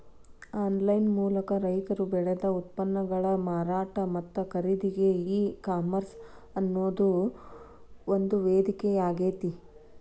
online ಮೂಲಕ ರೈತರು ಬೆಳದ ಉತ್ಪನ್ನಗಳ ಮಾರಾಟ ಮತ್ತ ಖರೇದಿಗೆ ಈ ಕಾಮರ್ಸ್ ಅನ್ನೋದು ಒಂದು ವೇದಿಕೆಯಾಗೇತಿ